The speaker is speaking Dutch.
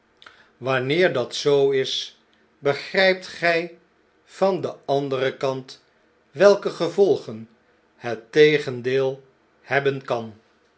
wanneer dat zoo is begrgpt g van den anderen kant welke gevolgen het tegendeel hebben kan